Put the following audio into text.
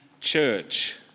church